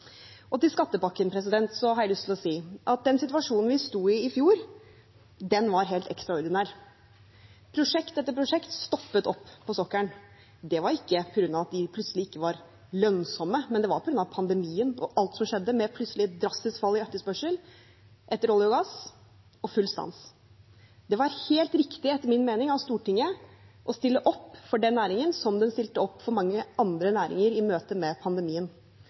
har jeg lyst til å si at den situasjonen vi sto i i fjor, var helt ekstraordinær. Prosjekt etter prosjekt stoppet opp på sokkelen. Det var ikke på grunn av at de plutselig ikke var lønnsomme, men det var på grunn av pandemien og alt som skjedde, med plutselig drastisk fall i etterspørsel etter olje og gass og full stans. Det var helt riktig, etter min mening, av Stortinget å stille opp for den næringen, slik de stilte opp for mange andre næringer i møte med pandemien.